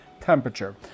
temperature